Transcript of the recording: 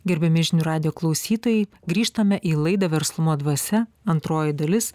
gerbiami žinių radijo klausytojai grįžtame į laidą verslumo dvasia antroji dalis